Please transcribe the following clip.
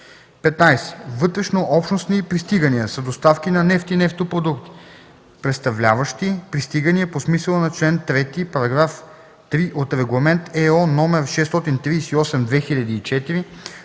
15. „Вътрешнообщностни пристигания” са доставки на нефт и нефтопродукти, представляващи пристигания по смисъла на чл. 3, параграф 3 от Регламент (ЕО) № 638/2004